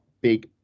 big